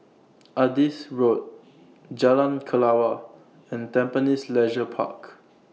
Adis Road Jalan Kelawar and Tampines Leisure Park